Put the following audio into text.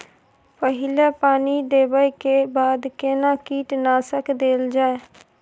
पहिले पानी देबै के बाद केना कीटनासक देल जाय?